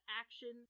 action